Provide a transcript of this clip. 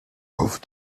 auf